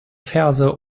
verse